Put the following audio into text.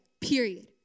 period